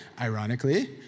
ironically